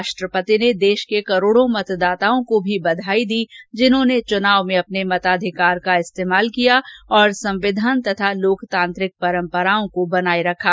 राष्ट्रपति ने देश के करोडों मतदाताओं को भी बधाई दी जिन्होंने चुनाव में अपने मताधिकार का इस्तेमाल किया और संविधान तथा लोकतांत्रिक परम्पराओं को बनाये रखा